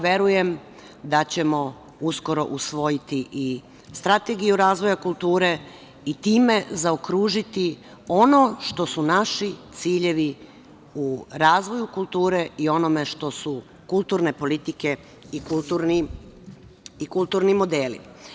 Verujem da ćemo uskoro usvojiti i strategiju razvoja kulture i time zaokružiti ono što su naši ciljevi u razvoju kulture i onome što su kulturne politike i kulturni modeli.